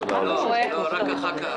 ככה